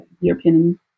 European